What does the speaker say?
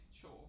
sure